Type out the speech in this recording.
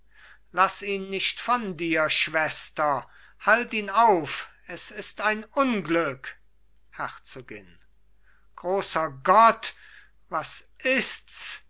laß ihn nicht von dir schwester halt ihn auf es ist ein unglück herzogin großer gott was ists